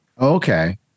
okay